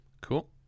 Cool